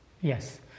yes